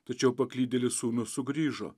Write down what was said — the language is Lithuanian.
tačiau paklydėlis sūnus sugrįžo